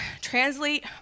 translate